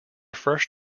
first